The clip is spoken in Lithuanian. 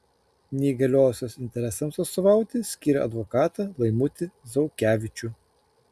neįgaliosios interesams atstovauti skyrė advokatą laimutį zaukevičių